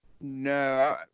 no